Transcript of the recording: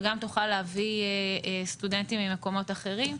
אבל גם תוכל להביא סטודנטים ממקומות אחרים.